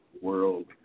world